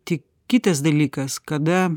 tik kitas dalykas kada